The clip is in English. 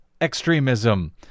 extremism